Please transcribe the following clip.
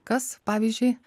kas pavyzdžiui